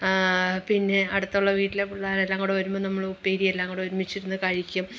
പിന്നെ അടുത്തുള്ള വീട്ടിലെ പിള്ളേരെല്ലാം കൂടെ വരുമ്പം നമ്മൾ ഉപ്പേരിയെല്ലാം കൂടെ ഒരുമിച്ചിരുന്നു കഴിക്കും